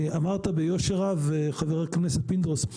אמרת ביושר רב, ח"כ פינדרוס,